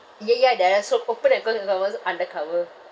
ya ya they are so proper and because they always come as undercover